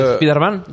Spider-Man